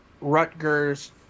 Rutgers